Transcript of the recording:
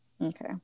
Okay